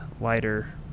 lighter